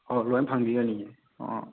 ꯍꯣꯏ ꯂꯣꯏꯅ ꯐꯪꯕꯤꯒꯅꯤꯌꯦ ꯑꯣ